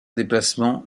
déplacement